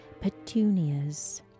petunias